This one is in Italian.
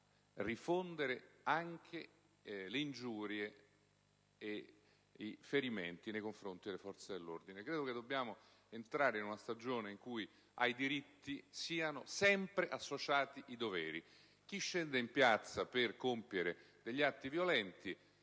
rispondendo anche delle ingiurie e dei ferimenti nei confronti delle forze dell'ordine. Credo che dobbiamo entrare in una stagione in cui ai diritti siano sempre associati i doveri. Chi scende in piazza per compiere degli atti violenti